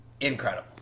Incredible